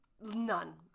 none